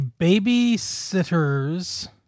Babysitter's